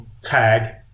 tag